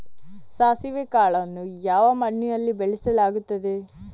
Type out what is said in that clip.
ಸಾಸಿವೆ ಕಾಳನ್ನು ಯಾವ ಮಣ್ಣಿನಲ್ಲಿ ಬೆಳೆಸಲಾಗುತ್ತದೆ?